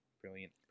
brilliant